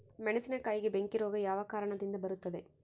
ಮೆಣಸಿನಕಾಯಿಗೆ ಬೆಂಕಿ ರೋಗ ಯಾವ ಕಾರಣದಿಂದ ಬರುತ್ತದೆ?